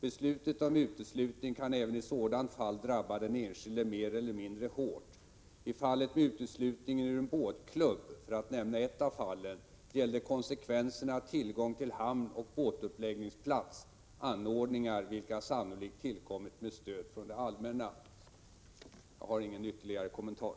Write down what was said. Beslutet om uteslutning kan även i sådant fall drabba den enskilde mer eller mindre hårt. I fallet med uteslutningen ur en båtklubb — för att nämna ett av fallen — gällde konsekvenserna tillgång till hamn och båtuppläggningsplats, anordningar vilka sannolikt tillkommit med stöd från det allmänna.” Jag har ingen ytterligare kommentar.